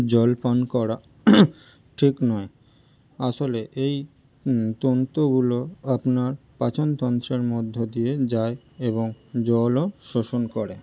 জল পান করা ঠিক নয় আসলে এই তন্ত্রগুলো আপনার পাচন তন্ত্রের মধ্য দিয়ে যায় এবং জলও শোষণ করে